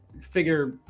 figure